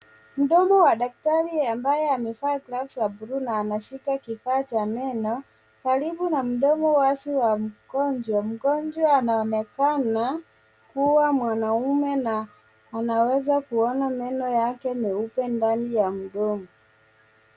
Mdomo wa daktari ambaye amevaa glavu za buluu na anashika kifaa cha meno karibu na mdomo wazi wa mgonjwa. Mgonjwa anaonekana kuwa mwanaume na tunaweza kuona meno yake meupe ndani ya mdomo.